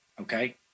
okay